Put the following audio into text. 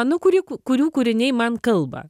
nu kurį kurių kūriniai man kalba